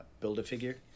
build-a-figure